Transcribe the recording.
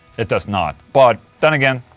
it does not but then again.